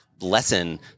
lesson